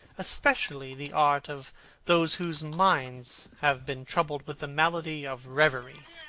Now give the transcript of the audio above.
especially the art of those whose minds have been troubled with the malady of reverie.